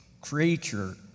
creature